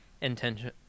intention